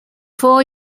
four